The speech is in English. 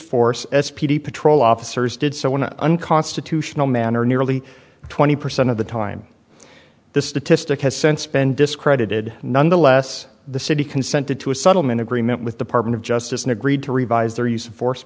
force s p d patrol officers did so in a unconstitutional manner nearly twenty percent of the time this statistic has since been discredited nonetheless the city consented to a subtle men agreement with department of justice and agreed to revise their use of force